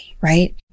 right